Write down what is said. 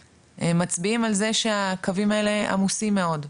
מצביעים על כך שהקווים האלה עמוסים מאד.